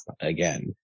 again